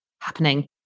happening